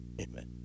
Amen